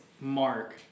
mark